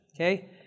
Okay